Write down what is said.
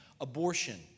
abortion